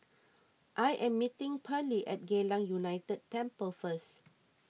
I am meeting Pearley at Geylang United Temple first